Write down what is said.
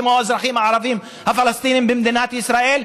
כמו האזרחים הערבים הפלסטינים במדינת ישראל,